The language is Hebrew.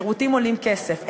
שירותים עולים כסף,